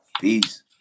Peace